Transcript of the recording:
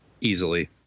easily